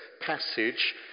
passage